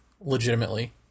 Legitimately